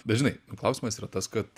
bet žinai klausimas yra tas kad